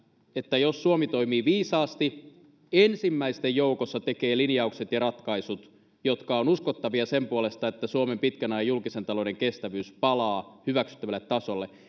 että jos suomi toimii viisaasti ensimmäisten joukossa tekee linjaukset ja ratkaisut jotka ovat uskottavia sen puolesta että suomen pitkän ajan julkisen talouden kestävyys palaa hyväksyttävälle tasolle